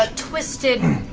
ah twisted,